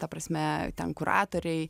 ta prasme ten kuratoriai